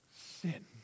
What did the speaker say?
sin